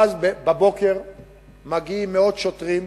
ואז בבוקר מגיעים מאות שוטרים,